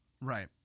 right